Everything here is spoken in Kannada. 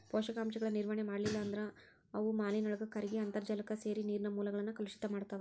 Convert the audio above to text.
ಪೋಷಕಾಂಶಗಳ ನಿರ್ವಹಣೆ ಮಾಡ್ಲಿಲ್ಲ ಅಂದ್ರ ಅವು ಮಾನಿನೊಳಗ ಕರಗಿ ಅಂತರ್ಜಾಲಕ್ಕ ಸೇರಿ ನೇರಿನ ಮೂಲಗಳನ್ನ ಕಲುಷಿತ ಮಾಡ್ತಾವ